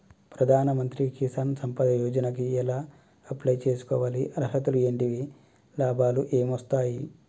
ప్రధాన మంత్రి కిసాన్ సంపద యోజన కి ఎలా అప్లయ్ చేసుకోవాలి? అర్హతలు ఏంటివి? లాభాలు ఏమొస్తాయి?